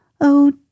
Oh